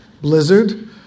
blizzard